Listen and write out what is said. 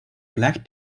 black